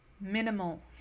minimal